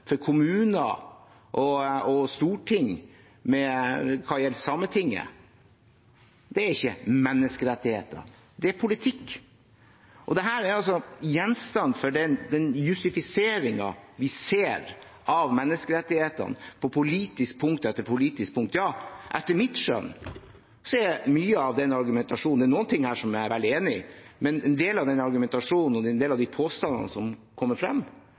for kommuner og Stortinget hva gjelder Sametinget, er ikke menneskerettigheter. Det er politikk. Dette er gjenstand for den «jusifiseringen» av menneskerettighetene vi ser på politisk punkt etter politisk punkt. Det er noen ting her som jeg er veldig enig i, men en del av den argumentasjonen og en del av de påstandene som kommer frem,